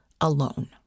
alone